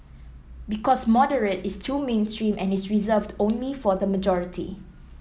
because moderate is too mainstream and is reserved only for the majority